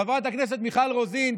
חברת הכנסת מיכל רוזין,